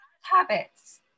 habits